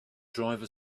driver